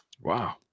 wow